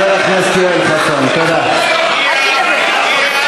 תתבייש לך.